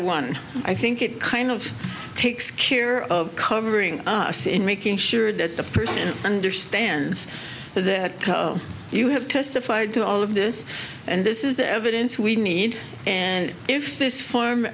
one i think it kind of takes care of covering us in making sure that the person understands that you have testified to all of this and this is the evidence we need and if this form